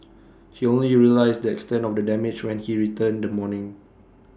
he only realised the extent of the damage when he returned the morning